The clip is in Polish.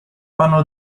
panu